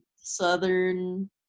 southern